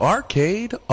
Arcade